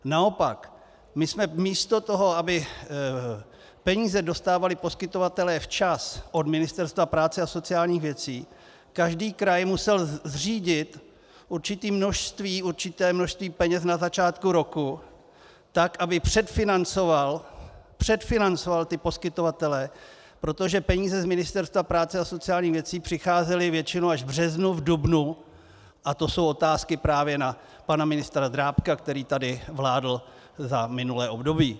Naopak my jsme místo toho, aby peníze dostávali poskytovatelé včas od Ministerstva práce a sociálních věcí, každý kraj musel zřídit určité množství peněz na začátku roku, tak aby předfinancoval poskytovatele, protože peníze z Ministerstva práce a sociálních věcí přicházely většinou až v březnu nebo v dubnu, a to jsou otázky právě na pana ministra Drábka, který tady vládl za minulé období.